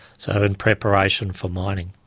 so in preparation for mining.